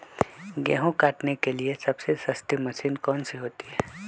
गेंहू काटने के लिए सबसे सस्ती मशीन कौन सी होती है?